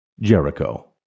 Jericho